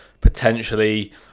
potentially